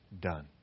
done